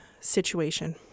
situation